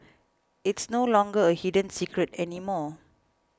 it's no longer a hidden secret anymore